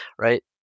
right